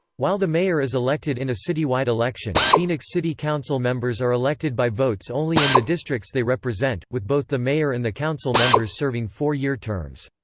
while the mayor is elected in a citywide election, phoenix city council members are elected by votes only in the districts they represent, with both the mayor and the council members serving four-year terms.